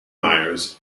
myers